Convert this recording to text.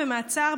במעצר,